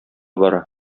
бара